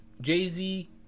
Jay-Z